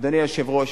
אדוני היושב-ראש,